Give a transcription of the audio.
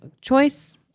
choice